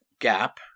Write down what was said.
Gap